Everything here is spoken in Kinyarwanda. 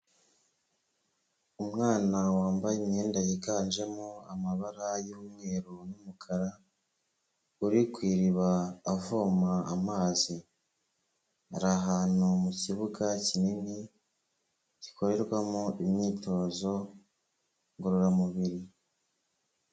Umwana wambaye imyenda yiganjemo amabara y'umweru n'umukara, uri ku iriba avoma amazi. Ari ahantu mu kibuga kinini gikorerwamo imyitozo ngororamubiri.